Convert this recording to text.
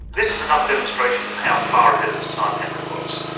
this is another demonstration of how far ahead of his time henry was.